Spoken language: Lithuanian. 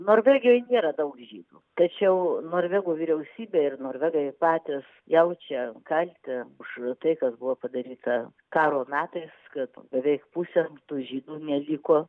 norvegijoj nėra daug žydų tačiau norvegų vyriausybė ir norvegai patys jaučia kaltę už tai kas buvo padaryta karo metais kad beveik pusė tų žydų neliko